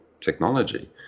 technology